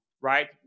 right